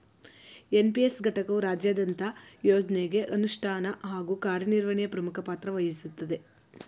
NPS ಘಟಕವು ರಾಜ್ಯದಂತ ಯೋಜ್ನಗೆ ಅನುಷ್ಠಾನ ಹಾಗೂ ಕಾರ್ಯನಿರ್ವಹಣೆಯ ಪ್ರಮುಖ ಪಾತ್ರವಹಿಸುತ್ತದೆ